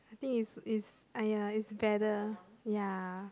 think is is !aiya! is better ya